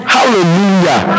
Hallelujah